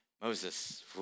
Moses